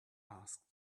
asked